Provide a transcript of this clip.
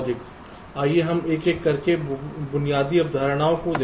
आइए हम एक एक करके बुनियादी अवधारणाओं को देखें